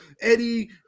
Eddie